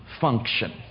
function